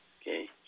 Okay